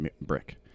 brick